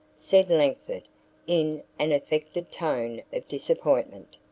said langford in an affected tone of disappointment.